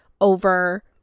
over